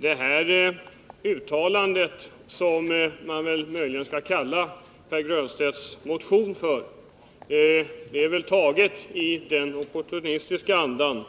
Den viljeyttring som Pär Granstedts motion innebär har väl tillkommit i en opportunistisk anda,